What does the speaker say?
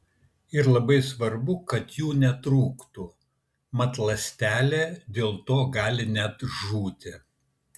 ir labai svarbu kad jų netrūktų mat ląstelė dėl to gali net žūti